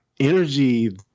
Energy